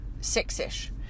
six-ish